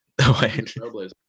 trailblazer